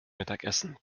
mittagessen